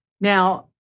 Now